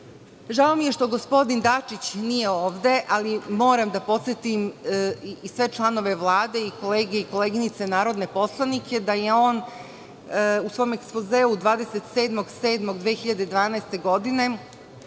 mi je što gospodin Dačić nije ovde, ali moram da podsetim sve članove Vlade, kolege i koleginice narodne poslanike, da je on u svom ekspozeu 27. jula 2012. godine